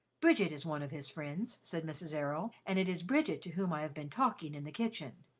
bridget is one of his friends, said mrs. errol and it is bridget to whom i have been talking in the kitchen.